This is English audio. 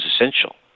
essential